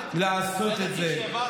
זה לא תקציב חדש,